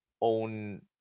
own